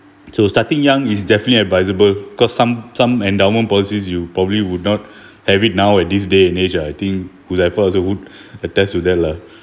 so starting young is definitely advisable cause some some endowment policies you probably would not have it now at this day and age ah I think huzaifal also would attest to that lah